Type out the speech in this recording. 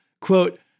quote